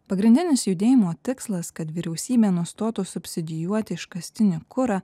pagrindinis judėjimo tikslas kad vyriausybė nustotų subsidijuoti iškastinį kurą